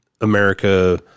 America